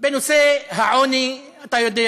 בנושא העוני, אתה יודע